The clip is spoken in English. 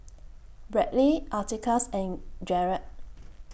Bradly Atticus and Gerald